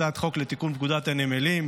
הצעת חוק לתיקון פקודת הנמלים,